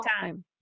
time